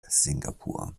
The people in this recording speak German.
singapur